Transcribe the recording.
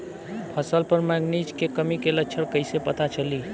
फसल पर मैगनीज के कमी के लक्षण कइसे पता चली?